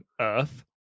Earth